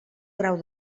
grau